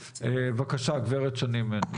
בקשה, גברת שני מנדל.